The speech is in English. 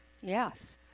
Yes